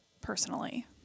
personally